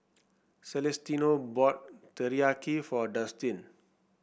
Celestino bought Teriyaki for Dustin